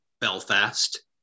Belfast